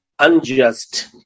unjust